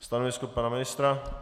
Stanovisko pana ministra?